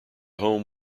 home